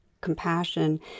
compassion